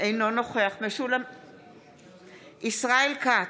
אינו נוכח ישראל כץ,